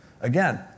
Again